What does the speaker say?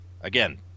again